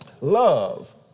Love